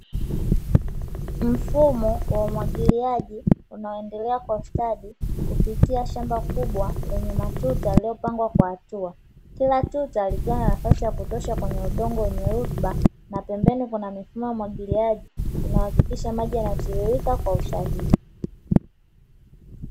Mfumo wa umwagiliaji unaoendelea kwa ustadi kupitia shamba kubwa lenye matuta yaliyopangwa kwa hatua, kila tuta likiwa na nafasi ya kutosha kwenye udongo wenye rutuba, na pembeni kuna mifumo ya umwagiliaji inayohakikisha maji yanatiririka kwa usahihi.